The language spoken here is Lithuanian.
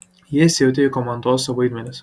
jie įsijautė į komandosų vaidmenis